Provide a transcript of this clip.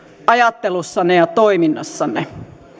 ajattelussanne ja toiminnassanne